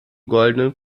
goldenen